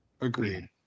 Agreed